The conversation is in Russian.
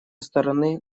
стороны